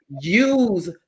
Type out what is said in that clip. Use